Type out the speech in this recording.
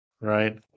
right